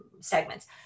segments